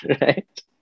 right